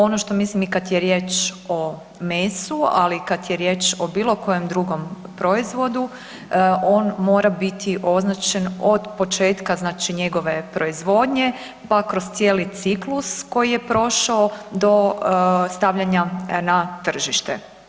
Ono što mislim, i kad je riječ o mesu, ali i kad je riječ o bilo kojem drugom proizvodu, on mora biti označen od početka znači njegove proizvodnje pa kroz cijeli ciklus koji je prošao do stavljanja na tržište.